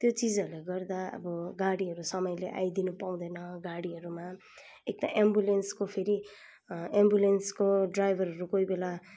त्यो चिजहरूले गर्दा अब गाडीहरू समयले आइदिनु पाउँदैन गाडीहरूमा एक त एम्बुलेन्सको फेरि एम्बुलेन्सको ड्राइभरहरू कोही बेला